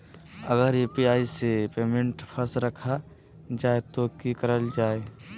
अगर यू.पी.आई से पेमेंट फस रखा जाए तो की करल जाए?